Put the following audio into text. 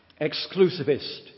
Exclusivist